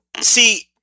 see